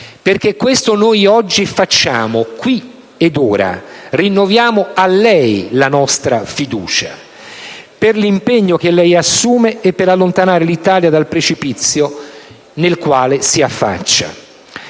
Perché questo stiamo oggi facendo, qui ed ora: rinnoviamo a lei la nostra fiducia, per l'impegno che lei assume e per allontanare l'Italia dal precipizio sul quale si affaccia.